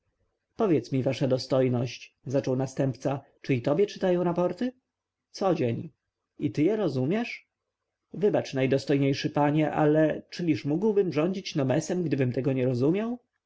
powiedz mi wasza dostojność zaczął następca czy i tobie czytają raporta codzień i ty je rozumiesz wybacz najdostojniejszy panie ale czyliż mógłbym rządzić nomesem gdybym tego nie rozumiał